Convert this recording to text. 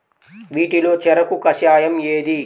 వీటిలో చెరకు కషాయం ఏది?